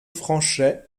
franchet